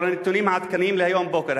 לאור הנתונים העדכניים להיום בבוקר,